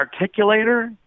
articulator